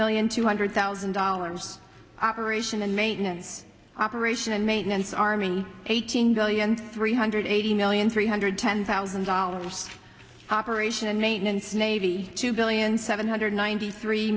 million two hundred thousand dollars operation and maintenance operation and maintenance army eighteen billion three hundred eighty million three hundred ten thousand dollars operation and maintenance navy two billion seven hundred ninety three